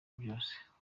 byose